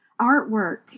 artwork